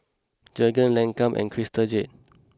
Jergens Lancome and Crystal Jade